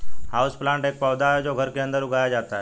houseplant एक पौधा है जो घर के अंदर उगाया जाता है